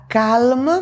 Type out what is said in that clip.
calm